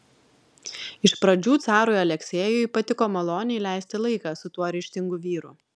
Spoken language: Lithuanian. iš pradžių carui aleksejui patiko maloniai leisti laiką su tuo ryžtingu vyru